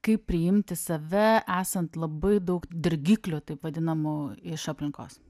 kaip priimti save esant labai daug dirgiklių taip vadinamų iš aplinkos